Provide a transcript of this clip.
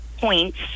points